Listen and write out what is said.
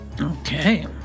okay